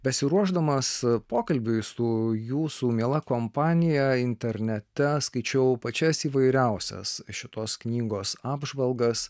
besiruošdamas pokalbiui su jūsų miela kompanija internete skaičiau pačias įvairiausias šitos knygos apžvalgas